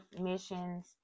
missions